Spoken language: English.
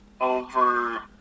over